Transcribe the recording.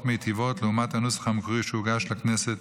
מיטיבות לעומת הנוסח המקורי שהוגש לכנסת